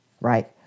right